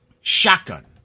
shotgun